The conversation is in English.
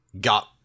got